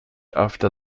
after